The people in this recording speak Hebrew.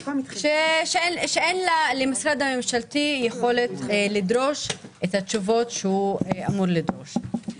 שאין למשרד הממשלתי יכולת לדרוש את התשובות שהוא אמור לדרוש.